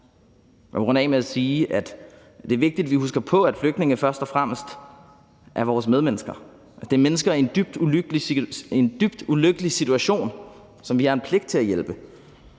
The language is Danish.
det er vigtigt, at vi husker på, at flygtninge først og fremmest er vores medmennesker. Det er mennesker i en dybt ulykkelig situation, som vi har en pligt til at hjælpe.